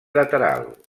lateral